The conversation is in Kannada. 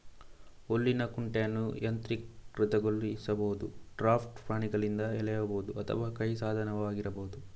ಹುಲ್ಲಿನ ಕುಂಟೆಯನ್ನು ಯಾಂತ್ರೀಕೃತಗೊಳಿಸಬಹುದು, ಡ್ರಾಫ್ಟ್ ಪ್ರಾಣಿಗಳಿಂದ ಎಳೆಯಬಹುದು ಅಥವಾ ಕೈ ಸಾಧನವಾಗಿರಬಹುದು